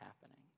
happening